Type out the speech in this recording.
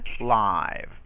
Live